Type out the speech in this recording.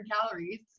calories